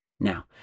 Now